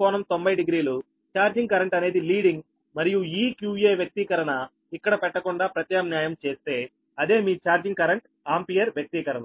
qa∟90 డిగ్రీలుచార్జింగ్ కరెంట్ అనేది లీడింగ్ మరియు ఈ qa వ్యక్తీకరణ ఇక్కడ పెట్టకుండా ప్రత్యామ్నాయం చేస్తే అదే మీ ఛార్జింగ్ కరెంట్ ఆంపియర్ వ్యక్తీకరణ